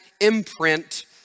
imprint